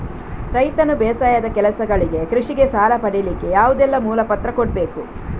ರೈತನು ಬೇಸಾಯದ ಕೆಲಸಗಳಿಗೆ, ಕೃಷಿಗೆ ಸಾಲ ಪಡಿಲಿಕ್ಕೆ ಯಾವುದೆಲ್ಲ ಮೂಲ ಪತ್ರ ಕೊಡ್ಬೇಕು?